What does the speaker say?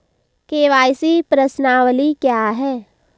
KYC प्रश्नावली क्या है?